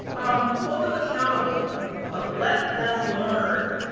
um hold them accountable but let them learn.